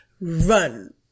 run